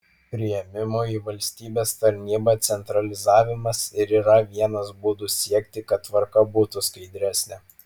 priėmimo į valstybės tarnybą centralizavimas ir yra vienas būdų siekti kad tvarka būtų skaidresnė